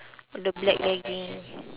the black legging